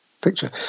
picture